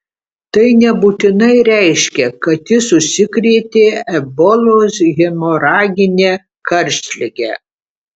tai nebūtinai reiškia kad jis užsikrėtė ebolos hemoragine karštlige